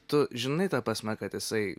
tu žinai ta prasme kad jisai